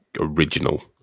original